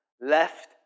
left